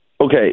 Okay